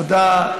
תודה,